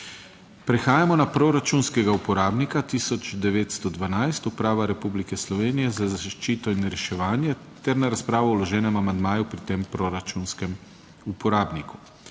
Prehajamo na proračunskega uporabnika 1912 Uprava Republike Slovenije za zaščito in reševanje ter na razpravo o vloženem amandmaju pri tem proračunskem uporabniku.